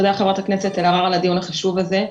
תודה לחברת הכנסת אלהרר על הדיון החשוב הזה.